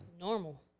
normal